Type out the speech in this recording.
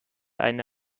eine